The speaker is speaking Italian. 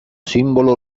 simbolo